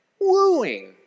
wooing